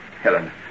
Helen